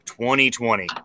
2020